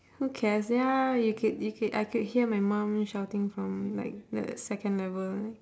who cares ya you could you could I could hear my mum shouting from like the second level